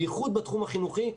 בייחוד בתחום החינוכי,